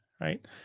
right